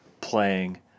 playing